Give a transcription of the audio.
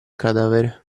cadavere